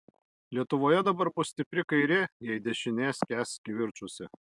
lietuvoje dabar bus stipri kairė jei dešinė skęs kivirčuose